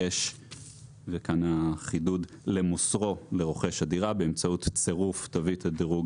יש למוסרו לרוכש הדירה באמצעות תווית דירוג